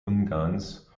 ungarns